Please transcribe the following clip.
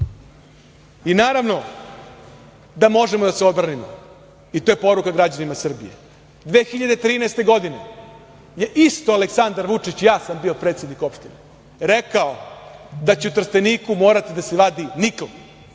I naravno da možemo da se odbranimo i to je poruka građanima Srbije. Godine 2013. je istro Aleksandar Vučić, ja sam bio predsednik opštine, rekao da će u Trsteniku morati da se vadi nikl.